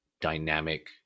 dynamic